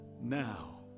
now